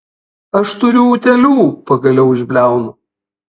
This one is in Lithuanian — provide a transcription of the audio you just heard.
aš turiu utėlių pagaliau išbliaunu